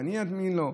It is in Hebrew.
שאני אאמין לו?